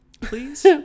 please